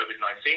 COVID-19